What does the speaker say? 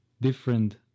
different